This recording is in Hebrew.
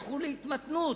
ילכו להתמתנות,